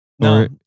No